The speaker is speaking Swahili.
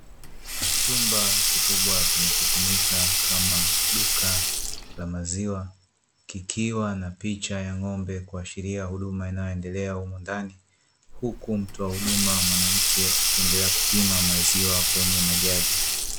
Chumba kikubwa kinachotumika kama duka la maziwa kikiwa na picha ya ng'ombe kuashiria huduma inayoendelea huku ndani, huku mtoa huduma mwanamke akiendelea kupima maziwa kwenye majagi.